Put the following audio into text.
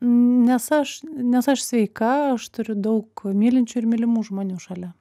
nes aš nes aš sveika aš turiu daug mylinčių ir mylimų žmonių šalia